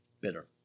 bitter